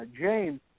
James